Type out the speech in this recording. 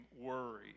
worry